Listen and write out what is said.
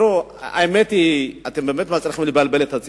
תראו, האמת היא שאתם באמת מבלבלים את הציבור.